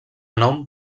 nom